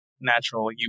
natural